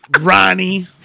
Ronnie